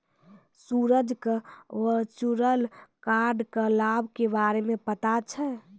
सूरज क virtual card क लाभ के बारे मे पता छै